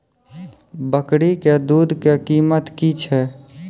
बकरी के दूध के कीमत की छै?